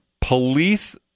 police